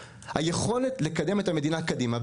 היכולת לקדם את המדינה קדימה.